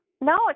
No